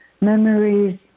memories